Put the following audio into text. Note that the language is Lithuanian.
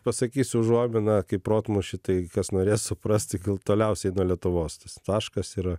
pasakysiu užuominą kaip protmūšy tai kas norės suprasti gal toliausiai nuo lietuvos tas taškas yra